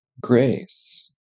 grace